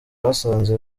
basanze